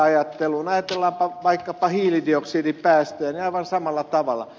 ajatellaanpa vaikkapa hiilidioksidipäästöjä aivan samalla tavalla